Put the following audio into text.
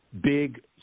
big